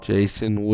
Jason